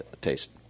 taste